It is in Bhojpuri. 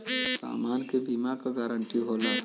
समान के बीमा क गारंटी होला